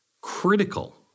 critical